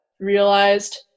realized